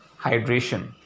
hydration